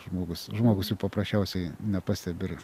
žmogus žmogus jų paprasčiausiai nepastebi ir